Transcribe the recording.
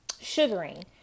sugaring